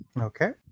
okay